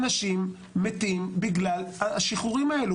אנשים מתים בגלל השחרורים האלה.